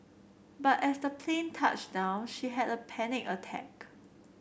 but as the plane touched down she had a panic attack